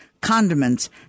condiments